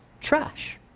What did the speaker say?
trash